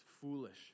foolish